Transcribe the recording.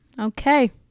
okay